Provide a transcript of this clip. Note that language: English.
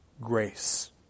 grace